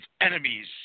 enemies